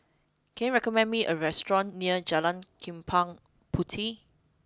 can you recommend me a restaurant near Jalan Chempaka Puteh